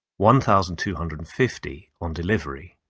one thousand two hundred and fifty on delivery,